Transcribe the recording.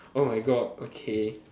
oh my god okay